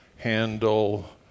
Handle